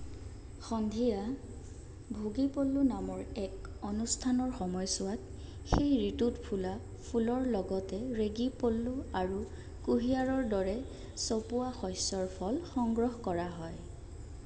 সন্ধিয়া ভোগী পল্লু নামৰ এক অনুষ্ঠানৰ সময়ছোৱাত সেই ঋতুত ফুলা ফুলৰ লগতে ৰেগি পল্লু আৰু কুঁহিয়াৰৰ দৰে চপোৱা শস্যৰ ফল সংগ্ৰহ কৰা হয়